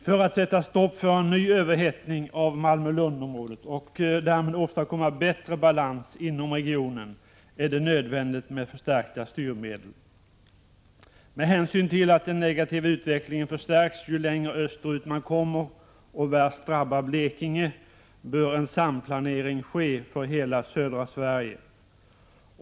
För att sätta stopp för en ny överhettning av Malmö-Lund-området och därmed åstadkomma bättre balans inom regionen är det nödvändigt med en förstärkning av styrmedlen. Med hänsyn till att den negativa utvecklingen förstärks ju längre österut man kommer och värst drabbar Blekinge bör en samplanering ske för hela södra Sverige.